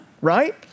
right